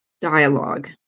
dialogue